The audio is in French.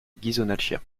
ghisonaccia